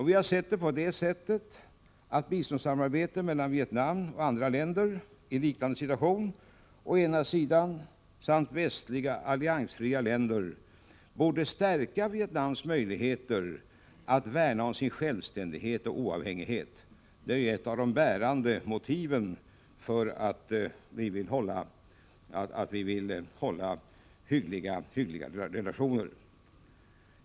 Vi har sett saken på det sättet att biståndssamarbete mellan Vietnam och västliga alliansfria länder borde förstärka Vietnams möjligheter att värna om sin självständighet och oavhängighet. Det är ett av de bärande motiven för att vi vill upprätthålla hyggliga relationer.